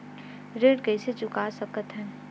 ऋण कइसे चुका सकत हन?